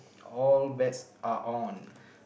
all bets are on